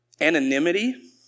anonymity